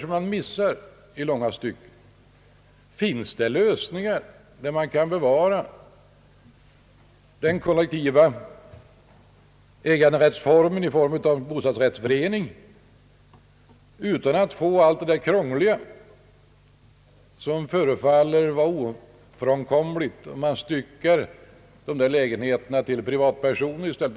Vi får väl se om någon kan finna en lösning, så att man kan bevara den kollektiva äganderätten i form av bostadsrättsförening utan att få allt det krångel som verkar ofrånkomligt om man styckar tomterna och fördelar dem till privatpersoner i stället.